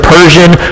Persian